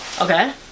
okay